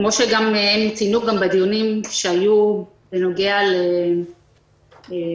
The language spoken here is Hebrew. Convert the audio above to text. כפי שהם ציינו גם בדיונים שהיו בנוגע להצעת